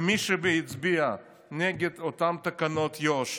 ומי שהצביעו נגד אותן תקנות יו"ש,